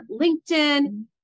LinkedIn